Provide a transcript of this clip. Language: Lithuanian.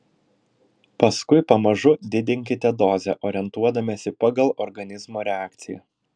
paskui pamažu didinkite dozę orientuodamiesi pagal organizmo reakciją